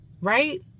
right